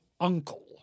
uncle